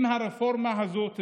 אם הרפורמה הזאת תמומש.